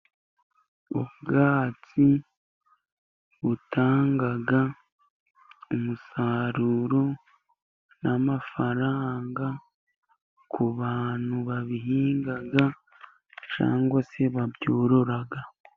Ubwatsi butanga umusaruro n'amafaranga ku bantu babihingaga, cyangwa se babyorora.